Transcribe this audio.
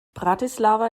bratislava